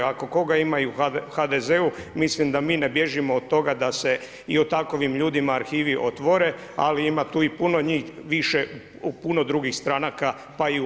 Ako koga imaju u HDZ-u, mislim da mi ne bilježimo od toga da se i o takovim ljudima arhivi otvore, ali ima tu i puno njih više u puno drugih stranaka pa i u Mostu.